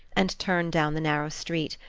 and turned down the narrow street,